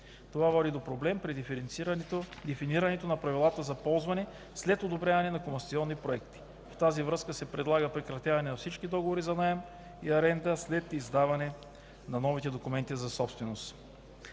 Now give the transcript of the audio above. Това води до проблем при дефинирането на правилата за ползване след одобряване на комасационни проекти. В тази връзка се предлага прекратяване на всички договори за наем и аренда след издаване на новите документи за собственост.